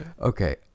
Okay